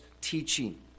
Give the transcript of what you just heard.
teaching